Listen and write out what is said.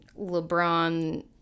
LeBron